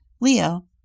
Leo